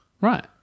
Right